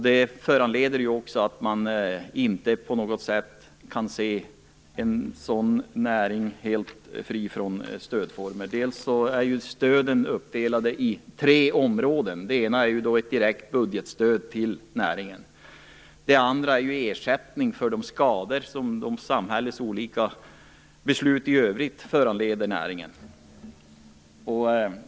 Det medför ju också att man inte kan se en sådan näring helt fri från stödformer. Stöden är uppdelade i tre områden. Det första är ett direkt budgetstöd till näringen. Det andra är ersättning för de skador som samhällets olika beslut i övrigt medför för näringen.